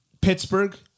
Pittsburgh